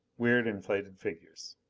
weird, inflated figures.